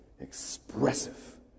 expressive